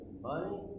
money